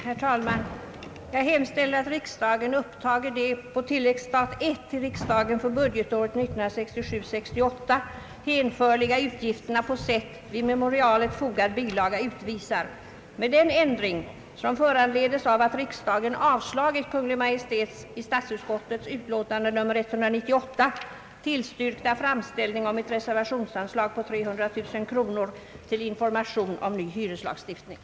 Herr talman! Jag hemställer att riksdagen upptager de på tilläggsstat I till riksstaten för budgetåret 1967/68 hänförliga utgifterna på sätt vid memorialet fogad bilaga utvisar med den ändring som föranledes av att riksdagen avslagit Kungl. Maj:ts i statsutskottets utlåtande nr 198 tillstyrkta framställning om ett reservationsanslag på 300000 kronor till information om hyreslagstiftningen.